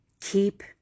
Keep